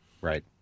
right